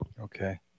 Okay